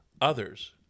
others